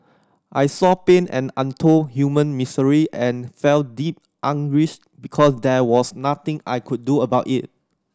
I saw pain and untold human misery and felt deep anguish because there was nothing I could do about it